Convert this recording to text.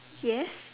yes